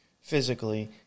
physically